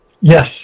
Yes